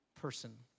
person